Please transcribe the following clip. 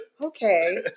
Okay